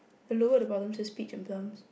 the lower the bottom say speech at times